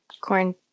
corn